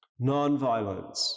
nonviolence